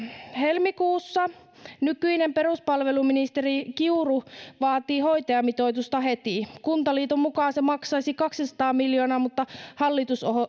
helmikuussa nykyinen peruspalveluministeri kiuru vaati hoitajamitoitusta heti kuntaliiton mukaan se maksaisi kaksisataa miljoonaa mutta